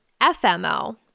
FMO